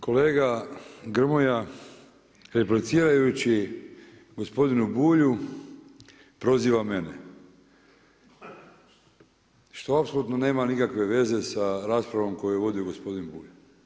Kolega Grmoja replicirajući gospodinu Bulju proziva mene što apsolutno nema nikakve veze sa raspravom koju je vodio gospodin Bulj.